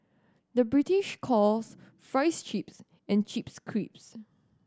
the British calls fries chips and chips crisps